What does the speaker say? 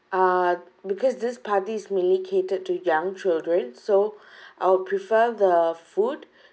uh because this party is mainly catered to young children so I'll prefer the food